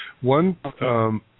One